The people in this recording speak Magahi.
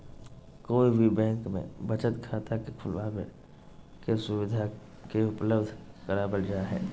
कोई भी बैंक में बचत खाता के खुलबाबे के सुविधा के उपलब्ध करावल जा हई